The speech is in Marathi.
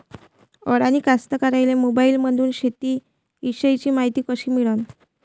अडानी कास्तकाराइले मोबाईलमंदून शेती इषयीची मायती कशी मिळन?